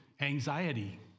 anxiety